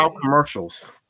commercials